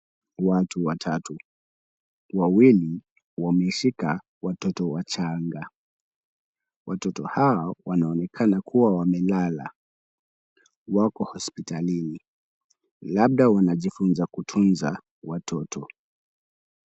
Watu watatu, wawili wameshika watoto wachanga. Watoto hao wanaonekana kuwa wamelala. Wako hospitalini, labda wanajifunza kutunza watoto.